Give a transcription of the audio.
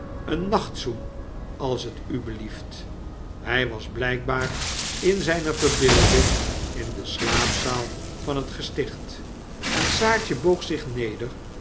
een nachtzoen als t u bliert hg was blgkbaar in zgne verbeelding in de slaapzaal van het gesticht en saartje boog zich neder